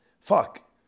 fuck